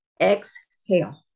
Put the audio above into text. Exhale